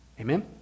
Amen